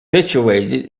situated